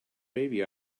baby